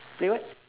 play what